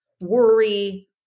worry